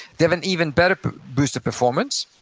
they have an even better boost of performance.